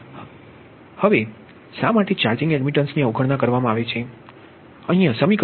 હવે શા માટે ચાર્જિંગ એડમિટન્સ ની અવગણના કરવામાં આવે છે